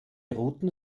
routen